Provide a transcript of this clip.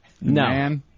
No